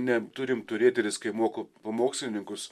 neturim turėti ir jis kai moko pamokslininkus